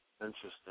Interesting